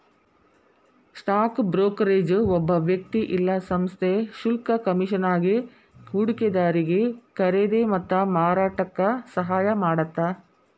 stock brokerage ಒಬ್ಬ ವ್ಯಕ್ತಿ ಇಲ್ಲಾ ಸಂಸ್ಥೆ ಶುಲ್ಕ ಕಮಿಷನ್ಗಾಗಿ ಹೂಡಿಕೆದಾರಿಗಿ ಖರೇದಿ ಮತ್ತ ಮಾರಾಟಕ್ಕ ಸಹಾಯ ಮಾಡತ್ತ